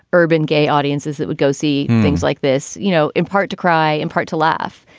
urban gay audiences that would go see things like this. you know, in part to cry, in part to laugh.